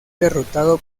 derrotado